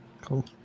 cool